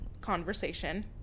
conversation